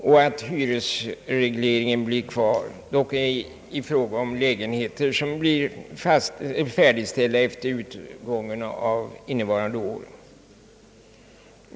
Dels blir hyresregleringen kvar, dock ej i fråga om lägenheter som färdigställes efter utgången av innevarande år.